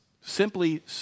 simply